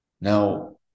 now